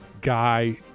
guy